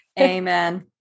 Amen